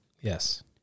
Yes